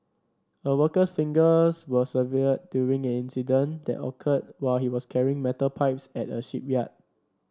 a worker's fingers were severed during an incident that occurred while he was carrying metal pipes at a shipyard